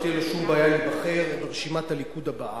לא תהיה לו שום בעיה להיבחר ברשימת הליכוד הבאה,